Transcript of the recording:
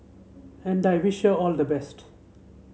and I wish her all the best